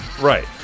right